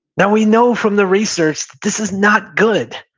now, we know from the research this is not good.